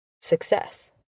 success